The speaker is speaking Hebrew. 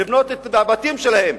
לבנות את הבתים שלהם.